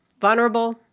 Vulnerable